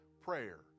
Prayer